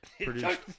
produced